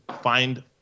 find